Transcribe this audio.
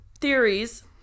theories